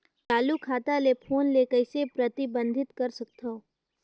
चालू खाता ले फोन ले कइसे प्रतिबंधित कर सकथव?